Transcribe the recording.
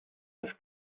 das